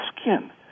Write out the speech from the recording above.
Skin